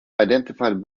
identified